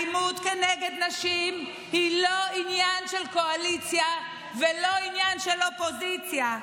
אלימות נגד נשים היא לא עניין של קואליציה ולא עניין של אופוזיציה,